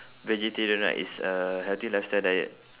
vegetarian right it's a healthy lifestyle diet